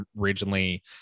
originally